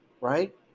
Right